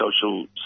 social